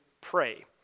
pray